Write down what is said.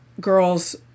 girls